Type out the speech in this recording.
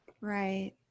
right